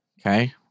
Okay